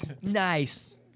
Nice